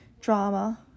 drama